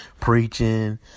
preaching